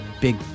big